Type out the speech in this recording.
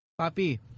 Papi